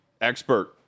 expert